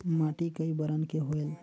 माटी कई बरन के होयल?